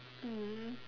mm